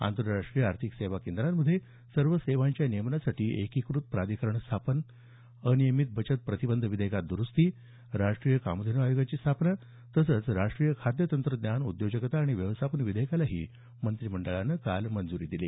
आंतरराष्ट्रीय आर्थिक सेवा केंद्रांमध्ये सर्व सेवांच्या नियमनासाठी एकीकृत प्राधिकरण स्थापना अनियमित बचत प्रतिबंध विधेयकात दरुस्ती राष्टीय कामधेन् आयोगाची स्थापना तसंच राष्ट्रीय खाद्य तंत्रज्ञान उद्योजकता आणि व्यवस्थापन विधेयकालाही मंत्रिमंडळानं काल मंजूरी दिली